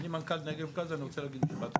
אני מנכ"ל נגב גז, אני רוצה להגיד מילה אחת.